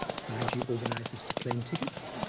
sayagyi organizes the plane tickets,